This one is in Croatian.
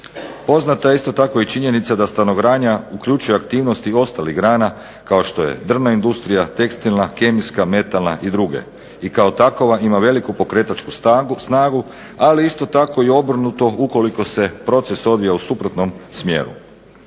Poznata je isto tako i činjenica da stanogradnja uključuje aktivnosti ostalih grana, kao što je drvna industrija, tekstilna, kemijska, metalna i druge, i kao takova ima veliku pokretačku snagu, ali isto tako i obrnuto ukoliko se proces odvija u suprotnom smjeru.